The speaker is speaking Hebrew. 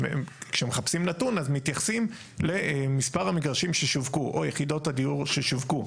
כמחפשים נתון אז מתייחסים למספר המגרשים ששווקו או יחידות הדיוק ששווקו.